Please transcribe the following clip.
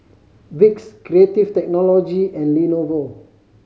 Vicks Creative Technology and Lenovo